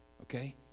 okay